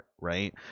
right